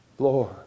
Lord